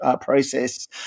process